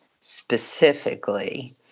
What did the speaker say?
specifically